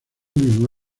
mismo